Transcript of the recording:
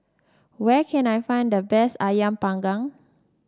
where can I find the best ayam panggang